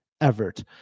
Everett